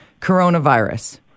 coronavirus